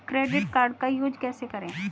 Credit card का use कैसे करें?